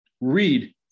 Read